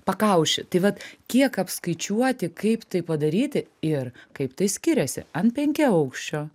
pakaušį tai vat kiek apskaičiuoti kaip tai padaryti ir kaip tai skiriasi ant penkiaaukščio